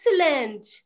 excellent